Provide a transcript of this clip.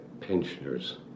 pensioners